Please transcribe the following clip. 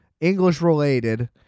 English-related